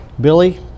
Billy